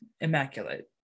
immaculate